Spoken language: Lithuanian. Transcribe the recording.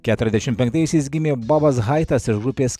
keturiasdešimt penktaisiais gimė bobas haitas ir grupės